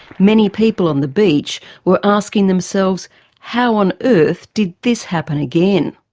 many people on the beach were asking themselves how on earth did this happen again?